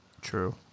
True